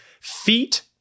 feet